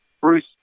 Bruce